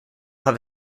have